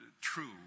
true